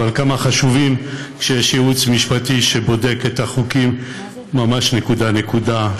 אבל כמה חשוב שיש ייעוץ משפטי שבודק את החוקים ממש נקודה-נקודה,